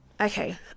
Okay